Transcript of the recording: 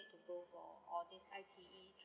to go for all this I_T_E